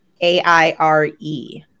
a-i-r-e